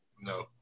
No